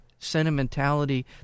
sentimentality